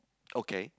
okay